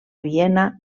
viena